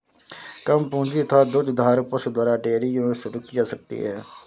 कम पूंजी तथा दो दुधारू पशु द्वारा डेयरी यूनिट शुरू की जा सकती है